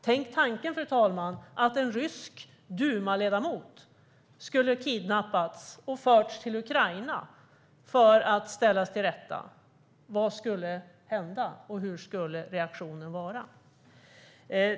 Tänk tanken, fru talman, att en rysk dumaledamot skulle ha kidnappats och förts till Ukraina för att ställas inför rätta! Vad skulle hända, och hur skulle reaktionen bli?